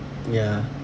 ya